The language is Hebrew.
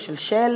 או של שלג,